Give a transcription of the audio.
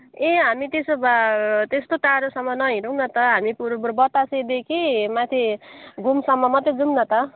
ए हामी त्यसो भए त्यस्तो टाढोसम्म नहिँडौ न त हामी बरु बतासेदेखि माथि घुमसम्म मात्रै जाउँ न त